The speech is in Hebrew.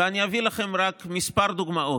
ואני אביא לכם רק כמה דוגמאות: